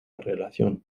relación